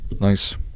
Nice